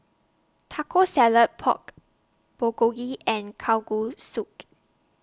Taco Salad Pork Bulgogi and